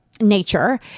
nature